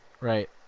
Right